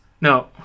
No